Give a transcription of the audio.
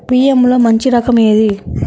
బియ్యంలో మంచి రకం ఏది?